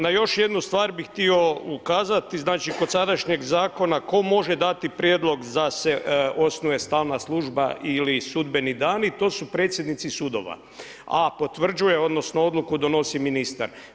Na još jednu stvar bih htio ukazati znači kod sadašnjeg zakona tko može dati prijedlog da se osnuje stalna služba ili sudbeni dani, to su predsjednici sudova a potvrđuje odnosno odluku donosi ministar.